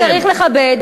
אז אתה צריך לכבד.